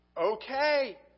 Okay